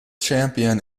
champion